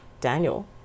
daniel